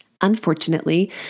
unfortunately